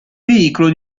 veicolo